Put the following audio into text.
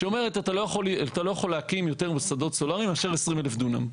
שאומרת שאתה לא יכול להקים שדות סולאריים על יותר מ-20 אלף דונם.